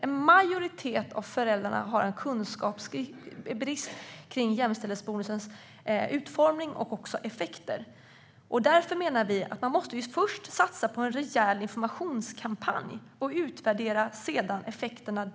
En majoritet av föräldrarna har kunskapsbrist i fråga om jämställdhetsbonusens utformning och även om dess effekter. Därför menar vi att man först måste satsa på en rejäl informationskampanj och därefter utvärdera effekterna.